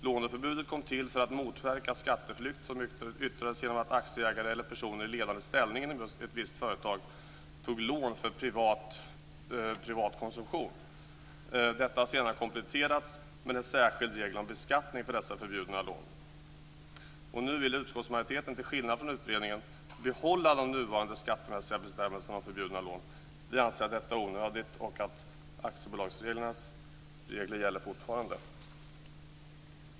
Låneförbudet kom till för att motverka skatteflykt som yttrade sig genom att aktieägare eller personer i ledande ställning inom ett visst företag tog lån för privat konsumtion. Detta har senare kompletterats med en särskild regel om beskattning av dessa förbjudna lån. Nu vill utskottsmajoriteten, till skillnad från utredningen, behålla de nuvarande skattemässiga bestämmelserna om förbjudna lån. Vi anser att detta är onödigt då aktiebolagsreglerna gäller fortfarande.